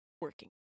working